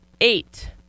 eight